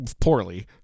poorly